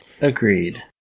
Agreed